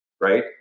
Right